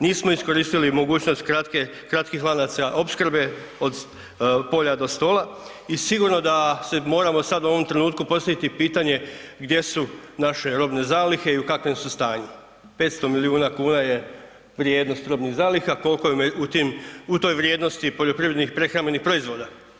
Nismo iskoristili mogućnost kratke, kratkih lanaca opskrbe od polja do stola i sigurno da se moramo sad u ovom trenutku postaviti pitanje gdje su naše robne zalihe i u kakvom su stanju, 500 miliona kuna je vrijednost robnih zaliha koliko je u toj vrijednosti poljoprivrednih i prehrambenih proizvoda.